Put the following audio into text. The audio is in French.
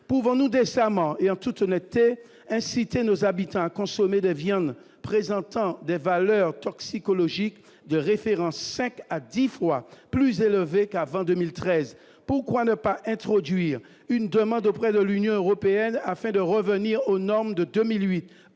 pouvant nous décemment et en toute honnêteté inciter nos habitants consommer de viande présentant des valeurs toxicologiques de référence 5 à 10 fois plus élevé qu'avant 2013, pourquoi ne pas introduire une demande auprès de l'Union européenne afin de revenir aux normes de 2008,